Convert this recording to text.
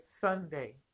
Sunday